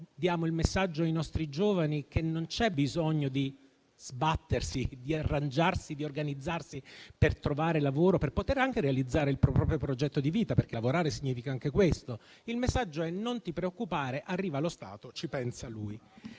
Diamo ai nostri giovani il messaggio che non c'è bisogno di sbattersi, di arrangiarsi e di organizzarsi per trovare lavoro e per poter anche realizzare il proprio progetto di vita, perché lavorare significa anche questo. Il messaggio è di non preoccuparsi, perché arriva lo Stato e ci pensa lui.